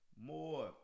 more